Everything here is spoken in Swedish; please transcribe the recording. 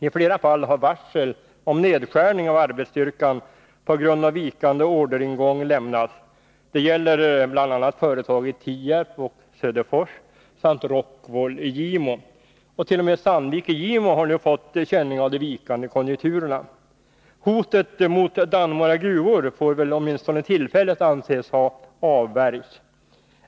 I flera fall har varsel om nedskärning av arbetsstyrkan på grund av vikande orderingång lämnats. Det gäller bl.a. företag i Tierp och Söderfors samt Rockwool i Gimo. T. o. m. Sandvik i Gimo har nu fått känning av de vikande konjunkturerna. Hotet mot Dannemora gruvor får väl åtminstone tillfälligt anses ha avvärjts.